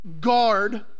guard